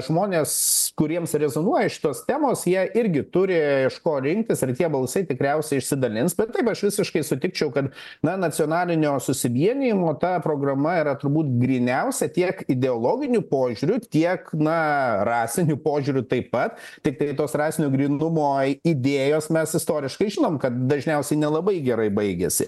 žmonės kuriems rezonuoja šitos temos jie irgi turi iš ko rinktis ir tie balsai tikriausiai išsidalins bet taip aš visiškai sutikčiau kad na nacionalinio susivienijimo ta programa yra turbūt gryniausia tiek ideologiniu požiūriu tiek na rasiniu požiūriu taip pat tiktai tos rasinio grynumo idėjos mes istoriškai žinom kad dažniausiai nelabai gerai baigiasi